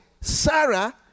Sarah